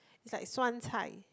it's like 酸菜